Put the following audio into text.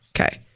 Okay